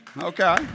Okay